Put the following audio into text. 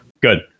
good